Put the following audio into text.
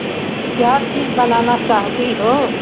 तो क्या चीज़ बनाना चाहती हो